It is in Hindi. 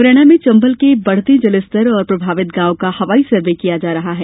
मुरैना में चंबल के बढ़ते जलस्तर और प्रभावित गांव का हवाई सर्वे किया जा रहा है